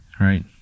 right